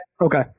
Okay